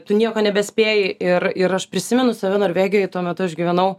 tu nieko nebespėji ir ir aš prisimenu save norvegijoj tuo metu aš gyvenau